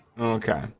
Okay